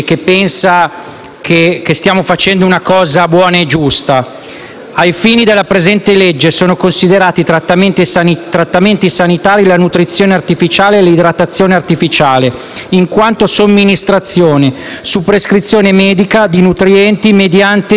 «Ai fini della presente legge, sono considerati trattamenti sanitari la nutrizione artificiale e l'idratazione artificiale in quanto somministrazione, su prescrizione medica, di nutrienti mediante dispositivi medici». Questo è quello che prescrive